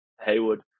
Haywood